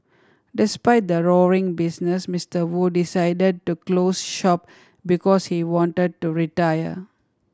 despite the roaring business Mister Wu decided to close shop because he wanted to retire